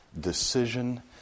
decision